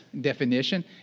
definition